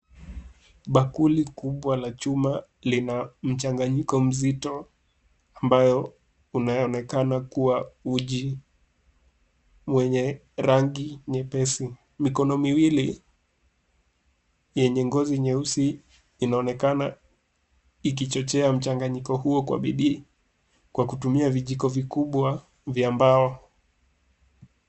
Bakuli kubwa la chuma lina mchanganyiko mzito ambao unaonekana kuwa uji mwenye rangi nyepesi. Mikono miwili yenye ngozi nyeusi inaonekana ikichochea mchanganyiko huo kwa bidii kwa kutumia vijiko vikubwa vya mbao.